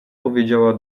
powiedziała